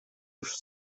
już